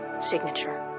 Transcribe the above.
signature